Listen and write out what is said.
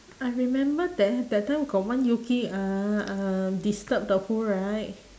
I remember there that time got one yuki uh um disturb the who right